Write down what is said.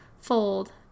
fold